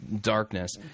darkness